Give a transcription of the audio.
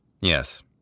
Yes